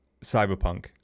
Cyberpunk